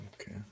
okay